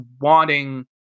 wanting